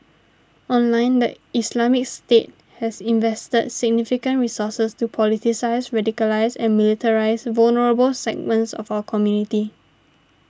online the Islamic State has invested significant resources to politicise radicalise and militarise vulnerable segments of our community